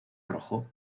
rojo